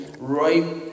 right